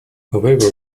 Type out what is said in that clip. however